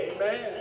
Amen